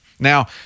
Now